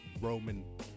Roman